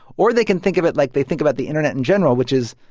or they can think of it like they think about the internet in general which is,